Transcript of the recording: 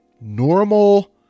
normal